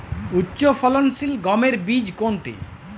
উচ্চফলনশীল গমের বীজ কোনটি?